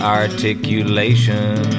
articulation